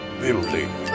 building